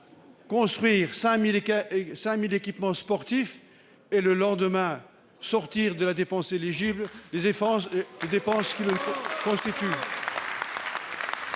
construire 5 000 équipements sportifs un jour et, le lendemain, sortir de la dépense éligible les dépenses qui les financent.